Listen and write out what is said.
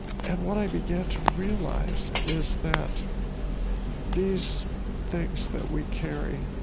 and what i began to realize is that these things that we carry,